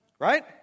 Right